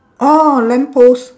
oh lamp post